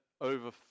over